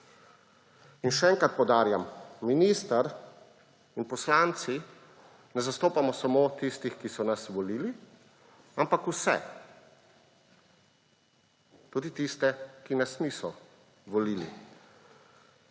Še enkrat poudarjam, minister in poslanci ne zastopamo samo tistih, ki so nas volili, ampak vse; tudi tiste, ki nas niso volili.